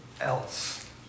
else